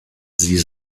sie